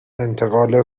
انتقال